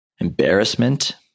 embarrassment